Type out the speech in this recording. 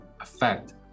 effect